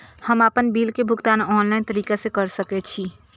हम आपन बिल के भुगतान ऑनलाइन तरीका से कर सके छी?